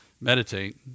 meditate